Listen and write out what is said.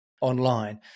online